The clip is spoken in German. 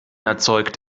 erzeugt